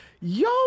yo